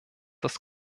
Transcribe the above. das